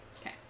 Okay